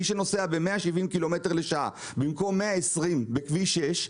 מי שנוסע ב-170 קמ"ש במקום 120 קמ"ש בכביש 6,